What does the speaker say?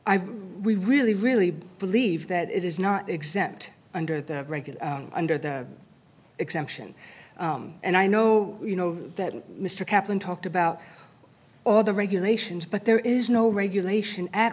we really really believe that it is not exempt under the regular under the exemption and i know you know that mr kaplan talked about all the regulations but there is no regulation at